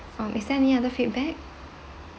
um is there any other feedback